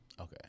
Okay